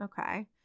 okay